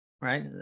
right